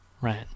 Right